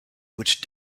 which